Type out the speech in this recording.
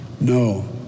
No